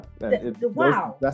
wow